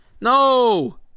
No